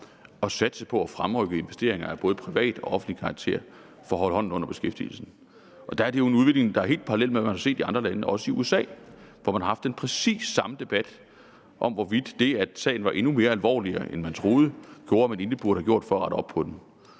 at satse på at fremrykke investeringer af både privat og offentlig karakter for at holde hånden under beskæftigelsen. Det er jo en udvikling, der er helt parallel med det, man har set i andre lande, også i USA, hvor der har været præcis den samme debat om, hvorvidt det, at situationen var endnu mere alvorlig, end man troede, gjorde, at man måske egentlig burde have gjort endnu mere for at rette op på den.